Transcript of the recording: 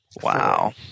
Wow